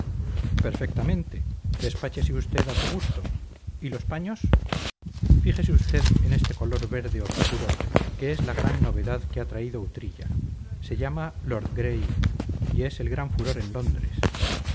húngara perfectamente despáchese usted a su gusto y los paños fíjese usted en este color verde obscuro que es la gran novedad que ha traído utrilla se llama lord grey y es el gran furor en londres